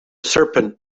serpent